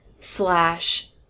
slash